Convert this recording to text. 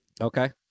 Okay